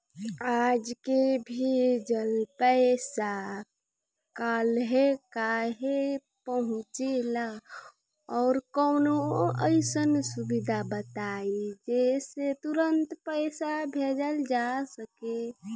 आज के भेजल पैसा कालहे काहे पहुचेला और कौनों अइसन सुविधा बताई जेसे तुरंते पैसा भेजल जा सके?